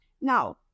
Now